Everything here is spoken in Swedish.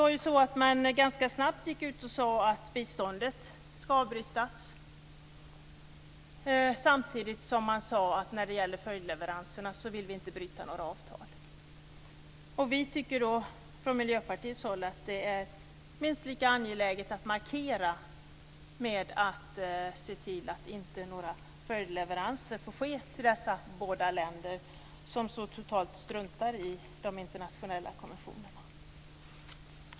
Man gick ju ganska snabbt ut och sade att biståndet skulle avbrytas, samtidigt som man inte sade sig vilja bryta några avtal när det gällde följdleveranserna. Vi från Miljöpartiet tycker att det är minst lika angeläget att markera med att inte låta några följdleveranser ske till dessa båda länder, som så totalt struntar i de internationella konventionerna.